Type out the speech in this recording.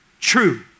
true